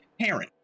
parent